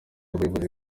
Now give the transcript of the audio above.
abayobozi